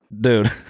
Dude